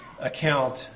account